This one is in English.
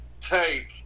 take